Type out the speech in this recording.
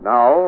Now